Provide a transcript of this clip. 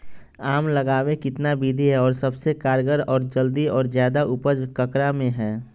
आम लगावे कितना विधि है, और सबसे कारगर और जल्दी और ज्यादा उपज ककरा में है?